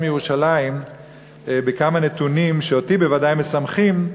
ירושלים ולומר כמה נתונים שאותי בוודאי משמחים,